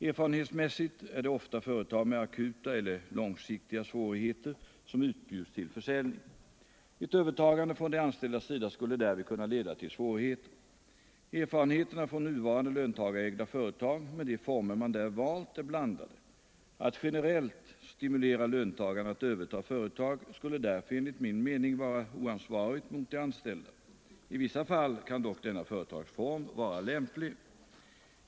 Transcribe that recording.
Erfarenhetsmässigt är det ofta företag med akuta eller långsiktiga svårigheter som utbjuds till försäljning. Ett övertagande från de anställdas sida skulle därvid kunna leda till svårigheter. Erfarenheterna från nuvarande löntagarägda företag, med de former man där valt, är blandade. Att generellt stimulera löntagarna att överta företag skulle därför enligt min mening vara oansvarigt mot de anställda. I vissa fall kan dock denna företagsform vara lämplig.